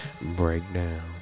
breakdown